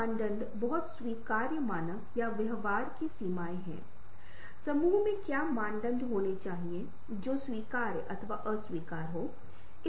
यहाँ रंगों के संघ के माध्यम से एक तरह की कविता का एक उदाहरण है विभिन्न रंग जो ग्रे स्केल में हैं दोपहर का तत्व शरद ऋतु का तत्व कुछ खास तरह की उम्र बढ़ने के तत्व परिलक्षित होते हैं